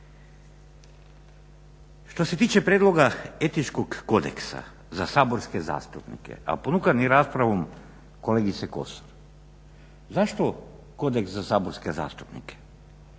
Što se tiče prijedloga etičkog kodeksa za saborske zastupnike a ponukani raspravom kolegice Kosor, zašto kodeks za saborske zastupnike?